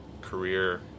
career